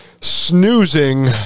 snoozing